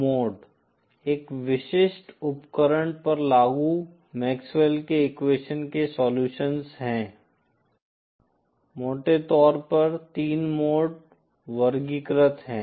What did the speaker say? mode एक विशिष्ट उपकरण पर लागू मैक्सवेल के एक्वेशन के सोल्युशन हैं मोटे तौर पर 3 मोड वर्गीकृत हैं